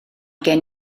gen